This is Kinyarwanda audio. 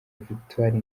victoire